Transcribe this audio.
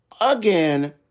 again